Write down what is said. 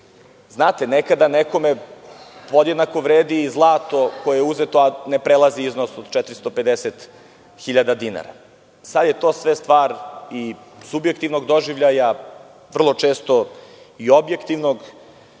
Znate, nekada nekome podjednako vredi zlato koje je uzeto, a ne prelazi iznos od 450.000 dinara. Sada je to sve stvar i subjektivnog doživljaja, vrlo često i objektivnog. Zatim,